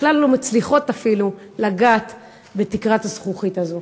ובכלל לא מצליחות אפילו לגעת בתקרת הזכוכית הזאת?